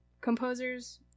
composers